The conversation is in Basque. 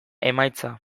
emaitza